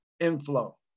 inflow